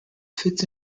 fits